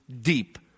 deep